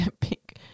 pink